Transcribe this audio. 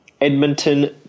Edmonton